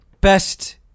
best